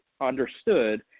understood